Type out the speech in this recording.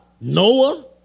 Noah